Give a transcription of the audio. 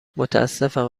متاسفم